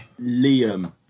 liam